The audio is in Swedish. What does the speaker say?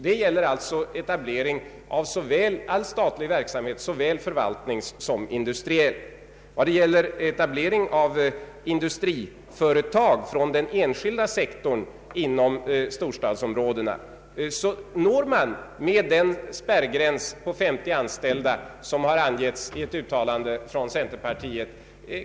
Det gäller här etablering av all statlig verksamhet, såväl förvaltande som industriell. Vad gäller etablering av industriföretag från den enskilda sektorn inom storstadsområdena, så når man knappast några resultat med den spärrgräns på 50 anställda som har angivits i ett uttalande från centerpartiet.